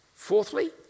Fourthly